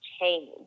change